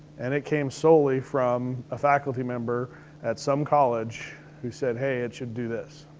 and it came solely from a faculty member at some college who said, hey, it should do this.